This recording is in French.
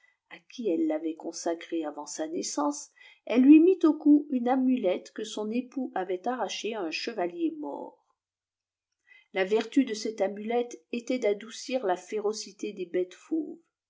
à qui elle tavait consacré avant sa naissance elle lui mit au cou une amulette que son époux avait arrachée à un chevalier maure la vertu de cotte amulette était d'adoucir la férocité des bêtes fauves